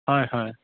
হয় হয়